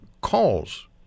calls